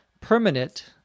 Permanent